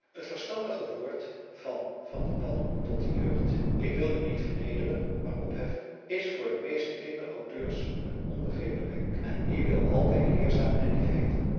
het verstandige woord van van der palm tot de jeugd ik wil u niet vernederen maar opheffen is voor de meeste kinder auteurs een onbegrepen wenk en wie wil altijd leerzaam en lief heeten